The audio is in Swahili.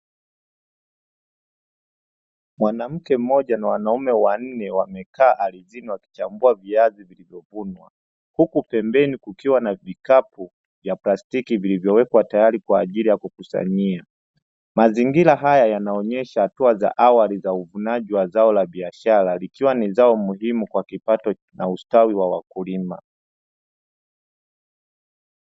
Mwanamke mmoja na wanaume wanne wamekaa ardhini wakichambua viazi vilivyovunwa, huku pembeni kukiwa na vikapu vya plastiki; vilivyowekwa tayari kwa ajili ya kukusanyia. Mazingira haya yanaonyesha hatua za awali za uvunaji wa zao la biashara, ikiwa ni zao muhimu kwa kipato na ustawi wa wakulima.